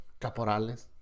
Caporales